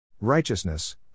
Righteousness